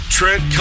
Trent